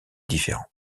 différents